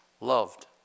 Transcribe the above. loved